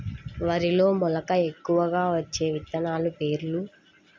వరిలో మెలక ఎక్కువగా వచ్చే విత్తనాలు పేర్లు?